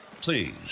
Please